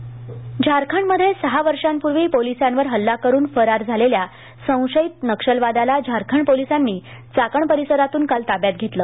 police कारवाई झारखंडमध्ये सहा वर्षांपूर्वी पोलिसांवर हल्ला करून फरार झालेल्या संशयित नक्षलवाद्याला झारखंड पोलिसांनी चाकण परिसरातून काल ताब्यात घेतले